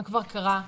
מה כבר קרה,